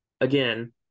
again